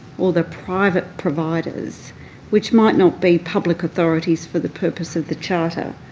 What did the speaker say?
or the private providers which might not be public authorities for the purpose of the charter,